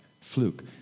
fluke